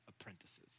apprentices